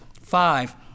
five